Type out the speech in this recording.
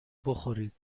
بخورید